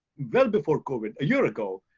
well before covid, a year ago,